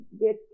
get